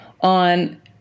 on